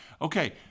Okay